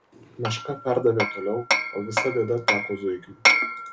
meška perdavė toliau o visa bėda teko zuikiui